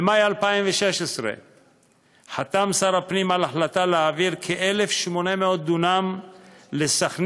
במאי 2016 חתם שר הפנים על החלטה להעביר כ-1,800 דונם לסח'נין,